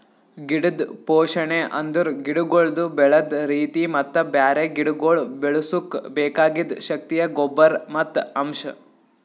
ಗಿಡದ್ ಪೋಷಣೆ ಅಂದುರ್ ಗಿಡಗೊಳ್ದು ಬೆಳದ್ ರೀತಿ ಮತ್ತ ಬ್ಯಾರೆ ಗಿಡಗೊಳ್ ಬೆಳುಸುಕ್ ಬೆಕಾಗಿದ್ ಶಕ್ತಿಯ ಗೊಬ್ಬರ್ ಮತ್ತ್ ಅಂಶ್